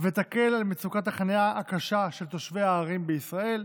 ותקל על מצוקת החניה הקשה של תושבי הערים בישראל.